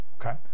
Okay